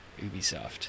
Ubisoft